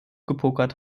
gepokert